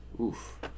Oof